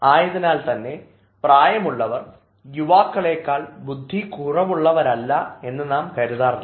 ആയതിനാൽ തന്നെ പ്രായമുള്ളവർ യുവാക്കളെക്കാൾ ബുദ്ധികുറവുള്ളവരാണെന്ന് നാം കരുതാറില്ല